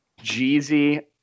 Jeezy